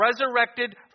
resurrected